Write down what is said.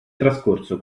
trascorso